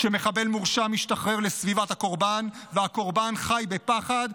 כשמחבל מורשע משתחרר לסביבת הקורבן והקורבן חי בפחד,